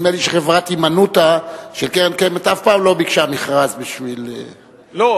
נדמה לי שחברת "הימנותא" של קרן-קיימת,